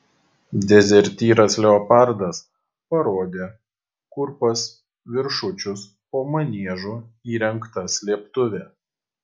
dezertyras leopardas parodė kur pas viršučius po maniežu įrengta slėptuvė